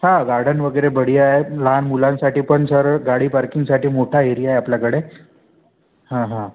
हां गार्डन वगैरे बढिया आहेत लहान मुलांसाठी पण सर गाडी पार्किंगसाठी मोठा एरिया आहे आपल्याकडे हां हां